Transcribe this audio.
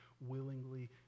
willingly